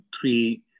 three